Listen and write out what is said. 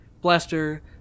blaster